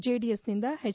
ಜೆಡಿಎಸ್ನಿಂದ ಎಚ್